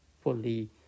fully